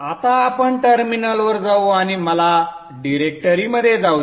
आता आपण टर्मिनलवर जाऊ आणि मला डिरेक्टरीमध्ये जाऊ द्या